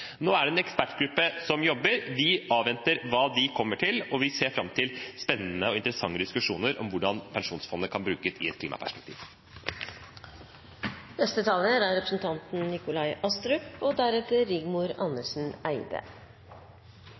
Nå er det en ekspertgruppe som jobber, vi avventer hva den kommer fram til. Vi ser fram til spennende og interessante diskusjoner om hvordan pensjonsfondet kan brukes i et klimaperspektiv.